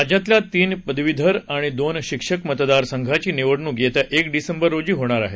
राज्यातल्या तीन पदवीधर आणि दोन शिक्षक मतदार संघांची निवडणुक येत्या एक डिसेंबर रोजी होणार आहे